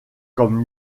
comme